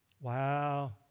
Wow